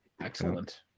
Excellent